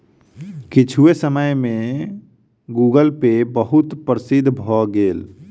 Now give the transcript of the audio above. किछुए समय में गूगलपे बहुत प्रसिद्ध भअ भेल